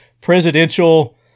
presidential